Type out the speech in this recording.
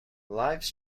lifes